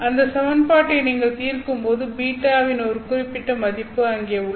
அந்த சமன்பாட்டை நீங்கள் தீர்க்கும்போது β வின் ஒரு குறிப்பிட்ட மதிப்பு அங்கே உள்ளது